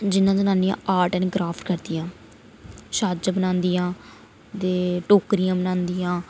ते साढ़े शैह्र बिच बड़ियां सारियां चीजां न जेह्ड़ियां कि मिगी पसंद न